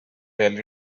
belle